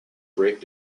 break